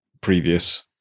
previous